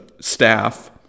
staff